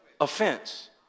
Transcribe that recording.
Offense